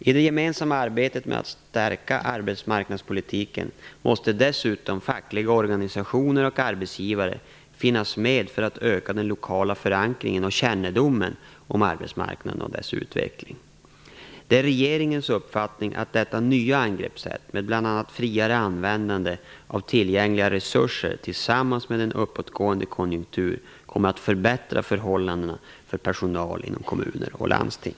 I det gemensamma arbetet med att stärka arbetsmarknadspolitiken måste dessutom fackliga organisationer och arbetsgivare finnas med för att öka den lokala förankringen och kännedomen om arbetsmarknaden och dess utveckling. Det är regeringens uppfattning att detta nya angreppssätt med bl.a. friare användande av tillgängliga resurser tillsammans med en uppåtgående konjunktur kommer att förbättra förhållandena för personal inom kommuner och landsting.